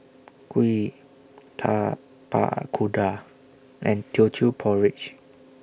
Kuih Tapak Kuda and Teochew Porridge